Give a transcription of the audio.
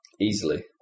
Easily